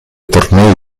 tornei